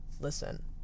listen